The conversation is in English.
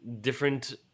different